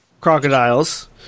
crocodiles